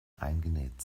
eingenäht